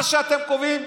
מה שאתם קובעים,